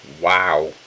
Wow